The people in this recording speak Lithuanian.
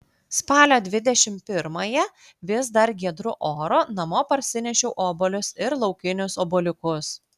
spalio dvidešimt pirmąją vis dar giedru oru namo parsinešiau obuolius ir laukinius obuoliukus